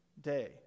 day